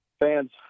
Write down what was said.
fans